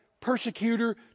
persecutor